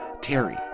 Terry